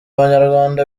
abanyarwanda